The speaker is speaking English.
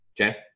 okay